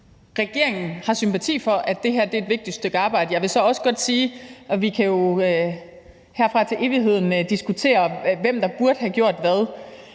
Regeringen har forståelse for, at det her er et vigtigt stykke arbejde. Jeg vil så også godt sige, at vi herfra og til evigheden kan diskutere, hvem der burde have gjort hvad.